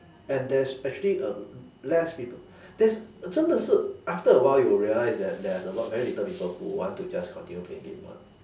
and there's actually a less people there's 真的是 after a while you will realise that there's a lot very little people who want to just continue playing game [one]